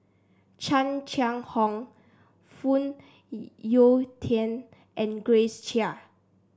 Chan Chang How Phoon Yew Tien and Grace Chia